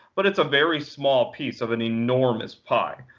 but it's a very small piece of an enormous pie.